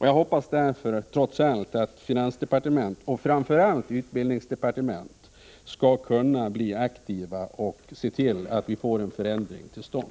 Jag hoppas därför trots allt att finansdepartementet, och framför allt utbildningsdepartementet, skall bli aktivt och se till att vi får en ändring till stånd.